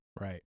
right